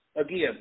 again